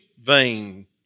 vain